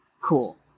cool